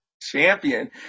champion